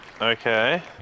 Okay